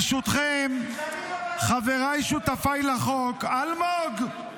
ברשותכם, חבריי שותפיי לחוק ------ אלמוג,